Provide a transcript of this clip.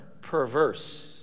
perverse